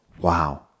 Wow